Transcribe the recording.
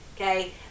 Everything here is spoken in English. Okay